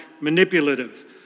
manipulative